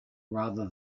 rather